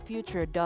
Future